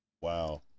wow